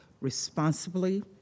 responsibly